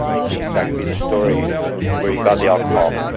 it may in fact be the story of where you got the alcohol,